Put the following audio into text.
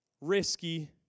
risky